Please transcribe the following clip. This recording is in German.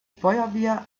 feuerwehr